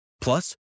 Plus